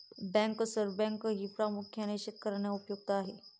bankers बँकही प्रामुख्याने शेतकर्यांना उपयुक्त आहे